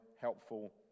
helpful